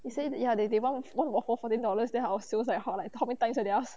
he say ya they they one waffles fourteen dollars then our sales like how many times of theirs